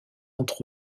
entre